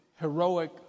heroic